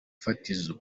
fatizo